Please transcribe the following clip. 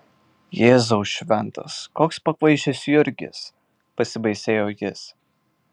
jėzau šventas koks pakvaišęs jurgis pasibaisėjo jis